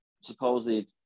supposedly